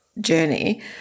journey